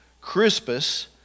Crispus